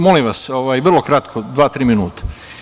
Molim vas, vrlo kratko, dva, tri minuta.